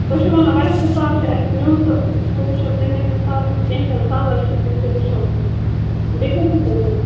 تُہۍ چھُو ونان واریاہ سِٹاک چھُ اَسہِ نیُن تہٕ سُہ وٕچھو تَمے حِساب تہٕ کینٛہہ چھُنہٕ سہلٕے چھُ وٕچھو بیٚیہ کیٛاہ چھُو تۄہہِ ضوٚرَتھ